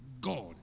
God